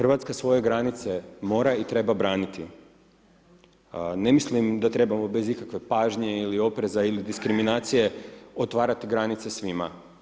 RH svoje granice mora i treba braniti, ne mislim da trebamo bez ikakve pažnje ili opreza ili diskriminacije otvarati granice svima.